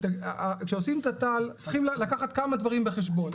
כשעושים תת"ל צריכים לקחת כמה דברים בחשבון.